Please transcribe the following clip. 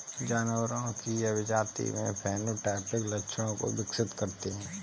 जानवरों की अभिजाती में फेनोटाइपिक लक्षणों को विकसित करते हैं